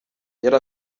yari